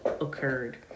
occurred